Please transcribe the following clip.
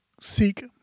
seek